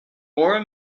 war